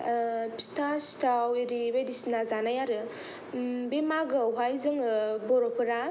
फिथा सिथाव ओरि बायदिसिना जानाय आरो बे मागोयावहाय जोङो बर'फोरा